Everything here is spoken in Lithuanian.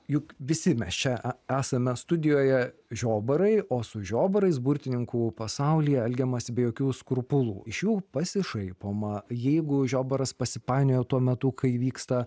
juk visi mes čia esame studijoje žiobarai o su žiobarais burtininkų pasaulyje elgiamasi be jokių skrupulų iš jų pasišaipoma jeigu žiobaras pasipainioja tuo metu kai vyksta